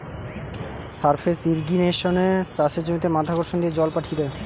surface ইর্রিগেশনে চাষের জমিতে মাধ্যাকর্ষণ দিয়ে জল পাঠি দ্যায়